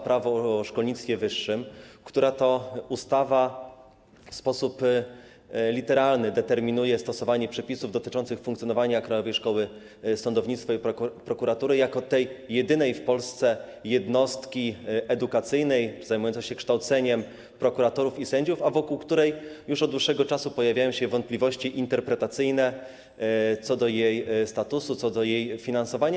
Prawo o szkolnictwie wyższym i nauce, która to ustawa w sposób literalny determinuje stosowanie przepisów dotyczących funkcjonowania Krajowej Szkoły Sądownictwa i Prokuratury jako jedynej w Polsce jednostki edukacyjnej zajmującej się kształceniem prokuratorów i sędziów, a wokół której już od dłuższego czasu pojawiają się wątpliwości interpretacyjne: co do jej statusu, co do jej finansowania.